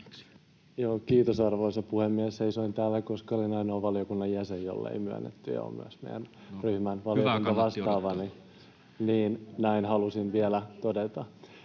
Kiitos, arvoisa puhemies! Seisoin täällä, koska olin ainoa valiokunnan jäsen, jolle ei myönnetty puheenvuoroa, ja olen myös meidän ryhmämme valiokuntavastaava. Näin halusin vielä todeta.